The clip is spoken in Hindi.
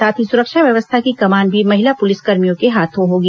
साथ ही सुरक्षा व्यवस्था की कमान भी महिला पुलिसकर्मियों के हाथों होगी